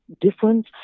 difference